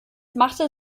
machte